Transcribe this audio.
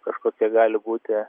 kažkokie gali būti